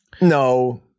No